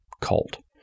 cult